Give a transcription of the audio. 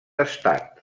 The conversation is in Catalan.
estat